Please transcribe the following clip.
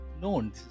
known